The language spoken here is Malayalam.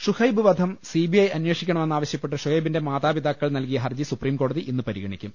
ഷുഹൈബ് വധം സിബിഐ അന്വേഷിക്കണമെന്നാവശ്യപ്പെട്ട് ഷുഹൈബിന്റെ മാതാപിതാക്കൾ നൽകിയ ഹർജി സുപ്രീംകോ ടതി ഇന്ന് പരിഗണിക്കും